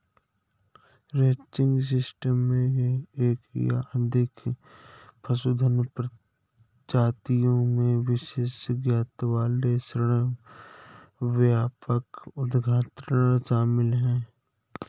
ranching system में एक या अधिक पशुधन प्रजातियों में विशेषज्ञता वाले श्रम व्यापक उद्यम शामिल हैं